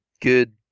Good